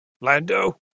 Lando